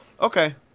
Okay